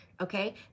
okay